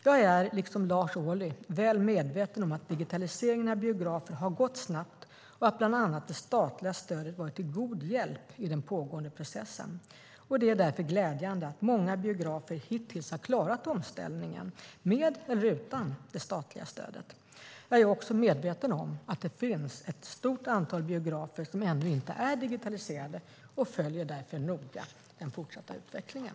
Jag är liksom Lars Ohly väl medveten om att digitaliseringen av biografer har gått snabbt och att bland annat det statliga stödet varit till god hjälp i den pågående processen. Det är därför glädjande att många biografer hittills har klarat omställningen med eller utan det statliga stödet. Jag är också medveten om att det finns ett stort antal biografer som ännu inte är digitaliserade och följer därför noga den fortsatta utvecklingen.